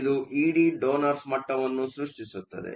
ಇದು ಇಡಿ ಡೋನರ್ಸ್ ಮಟ್ಟವನ್ನು ಸೃಷ್ಟಿಸುತ್ತದೆ